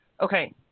Okay